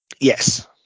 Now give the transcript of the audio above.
Yes